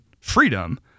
freedom